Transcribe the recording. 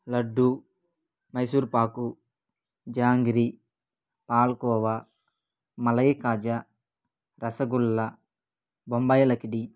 laddu Mysore pak jangiri palkova malai kaja rasgulla బొంబాయలకిడి